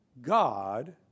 God